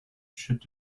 should